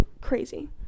crazy